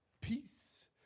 Peace